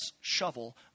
shovel